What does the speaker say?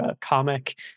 comic